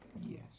Yes